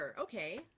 Okay